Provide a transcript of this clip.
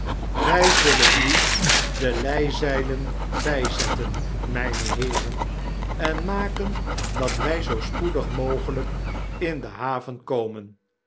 wy zullen nu de lijzeilen byzetten mijne heeren en maken dat wij zoo spoedig mogelyk in de haven komen